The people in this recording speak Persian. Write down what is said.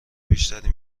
بیشتری